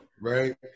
right